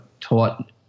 taught